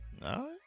No